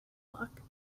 luck